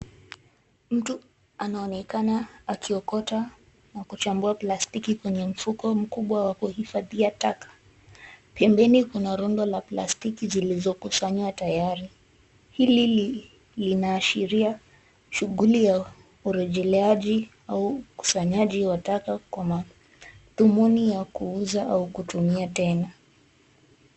Mtu anaonekana akiokota na kuchambua plastiki kwenye mfuko mkubwa wa kuhifadhia taka. Pengine kuna rundo la plastiki ilizokusanywa tayari .Hili linaashiria shughuli ya urejeleaji au ukusanyaji wa taka kwa mathumuni ya kuuza au kutumia tena.